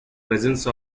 presence